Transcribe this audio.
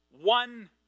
One